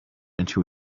into